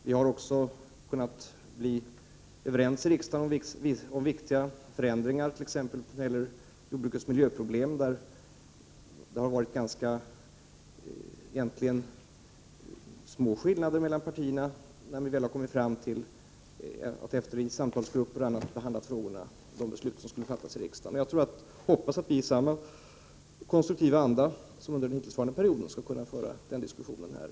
Vi har också kunnat bli överens i riksdagen om viktiga förändringar t.ex. när det gäller jordbrukets miljöproblem, där det varit ganska små skillnader mellan partierna när vi väl har kommit fram till att i samtalsgrupper och på annat sätt behandla de frågor om vilka beslut skall fattas i riksdagen. Jag hoppas att vi i samma konstruktiva anda som under den hittillsvarande perioden skall kunna föra den diskussionen här.